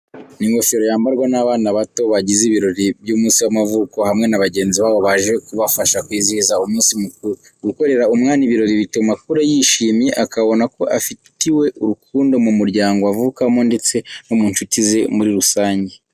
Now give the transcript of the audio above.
Ni ingofero yambarwa n'abana bato bagize ibirori by'umunsi w'amavuko, hamwe na bagenzi babo baje kubafasha kwizihiza umunsi mukuru. Gukorera umwana ibirori bituma akura yishimye, akabona ko afitiwe urukundo mu muryango avukamo ndetse no mu nshuti ze muri rusange.